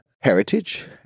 heritage